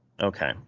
Okay